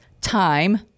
time